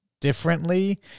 Differently